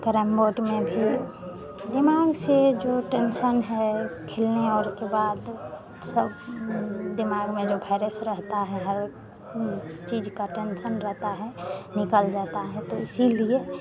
carrom board में भी दिमाग से जो टेन्शन है खेलने और के बाद सब दिमाग में जो वायरस रहता है हर चीज़ का टेन्शन रहता है निकल जाता है तो इसीलिए